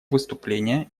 выступление